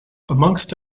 amongst